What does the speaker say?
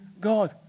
God